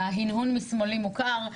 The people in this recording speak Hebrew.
ההנהון משמאלי מוכר.